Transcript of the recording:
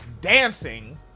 Dancing